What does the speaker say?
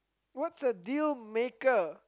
what's a dealmaker